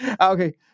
okay